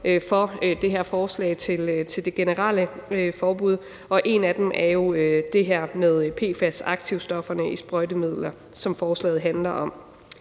for, i det her forslag til det generelle forbud, og en af dem er det her med PFAS-aktivstofferne i sprøjtemidler, som forslaget handler om.